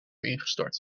ingestort